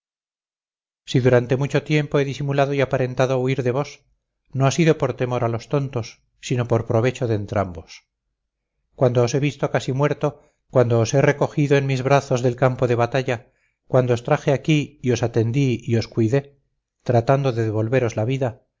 si durante mucho tiempo he disimulado y aparentado huir de vos no ha sido por temor a los tontos sino por provecho de entrambos cuando os he visto casi muerto cuando os he recogido en mis brazos del campo de batalla cuando os traje aquí y os atendí y os cuidé tratando de devolveros la vida